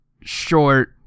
short